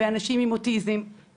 ואנשים עם אוטיזם,